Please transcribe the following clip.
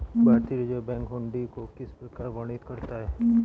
भारतीय reserve bank हुंडी को किस प्रकार वर्णित करता है?